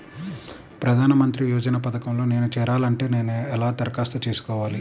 ప్రధాన మంత్రి యోజన పథకంలో నేను చేరాలి అంటే నేను ఎలా దరఖాస్తు చేసుకోవాలి?